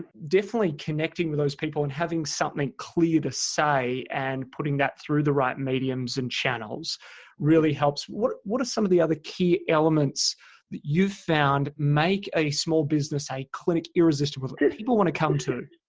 definitely connecting with those people and having something clear to say and putting that through the right mediums and channel really helps. what what are some of the other key elements that you've found make a small business a clinic irresistible people want to come to?